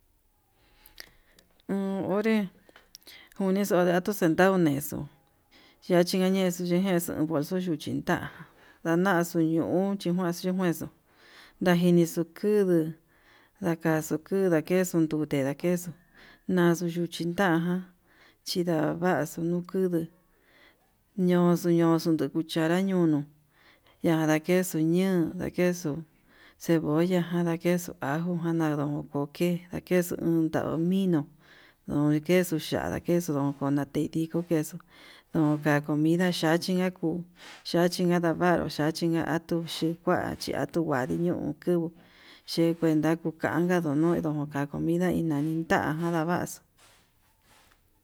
Uun onré une xuadatu xentau nexo'o yachi yexuu xhejen ngudu nduchin ta'a, ndañaxuu ñuu te nuchi nexuu, dajinixu kuduu ndajaxu kuduu kexun ndute ndakedu, naxuu yuchin tanga xhindavaxuu nuu kudu ñoxo ñoxo ndakucha ñun ñandakexu ñuu, kexu cebolla, ndakexu ajo jan ndanun koke ndakexu uun ndau mino ndo'o ndakexu ya'á ndakexu onatediko kexo'o ndon jan comida yachinga kuu yachinga ndavanro ndachinga atuchi kuachi atu nguadi ñon kuu che kuenka kuu kuanda ndon nduedon kua comida naninta jan navaxu.